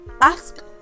Ask